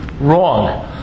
wrong